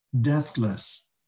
deathless